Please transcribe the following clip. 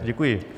Děkuji.